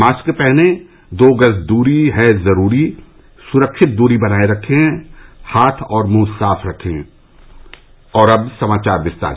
mask पहनें दो गज दूरी है जरूरी सुरक्षित दूरी बनाये रखें हाथ और मुंह साफ रखें और अब समाचार विस्तार से